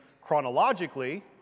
chronologically